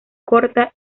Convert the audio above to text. corta